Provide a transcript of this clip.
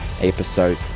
episode